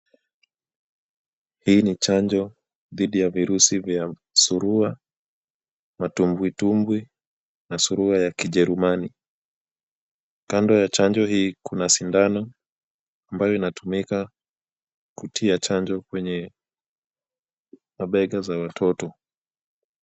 Hii ni chanjo dhidi ya virusi vya surua, matubwitubwi na surua ya kijerumani, kando ya chanjo hii kuna sindano ambayo inatumika kutia chanjo kwenye mabega za watoto.